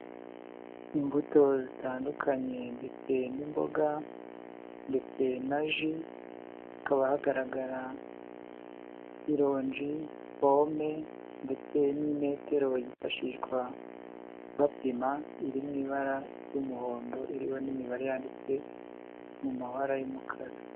Imbuto zitandukanye ndetse n'imboga ndetse na ji, hakaba hagaragara irongi, pome ndetse n'imetero yifashishwa bapima, iri mu ibara ry'umuhondo iriho n'imibare yanditse mu mabara y'umukara.